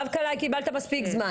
רב כלאי, קיבלת מספיק זמן.